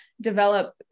develop